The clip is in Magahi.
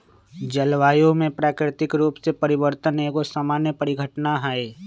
जलवायु में प्राकृतिक रूप से परिवर्तन एगो सामान्य परिघटना हइ